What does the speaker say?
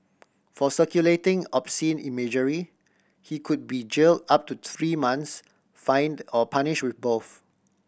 for circulating obscene imagery he could be jail up to three months fined or punish with both